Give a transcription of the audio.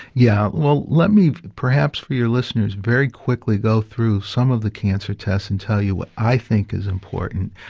yeah, well let me perhaps for your listeners very quickly go through some of the cancer tests and tell you what i think is important.